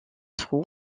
trou